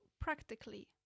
practically